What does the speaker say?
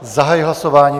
Zahajuji hlasování.